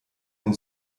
den